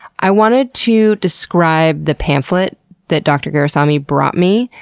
i wanted to describe the pamphlet that dr. gurusamy brought me,